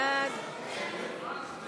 לחלופין